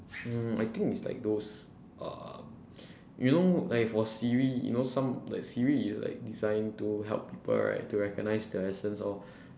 hmm I think it's like those uh you know like for siri you know some like siri is like designed to help people right to recognize their accents all